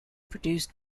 produced